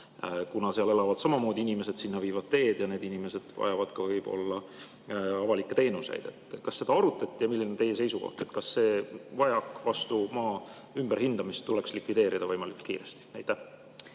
Seal elavad samamoodi inimesed, sinna viivad teed ja need inimesed vajavad võib-olla ka avalikke teenuseid. Kas seda arutati ja milline on teie seisukoht? Kas see vajak enne peatset maa ümberhindamist tuleks likvideerida võimalikult kiiresti? Aitäh,